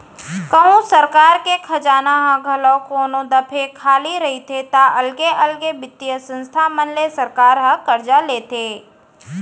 कहूँ सरकार के खजाना ह घलौ कोनो दफे खाली रहिथे ता अलगे अलगे बित्तीय संस्था मन ले सरकार ह करजा लेथे